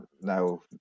no